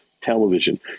television